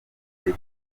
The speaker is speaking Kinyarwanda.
gihe